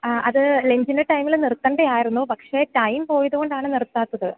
ആ അത് ലഞ്ചിൻ്റെ ടൈമിൽ നിർത്തേണ്ടതായിരുന്നു പക്ഷെ ടൈം പോയതു കൊണ്ടാണ് നിർത്താത്തത്